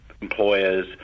employers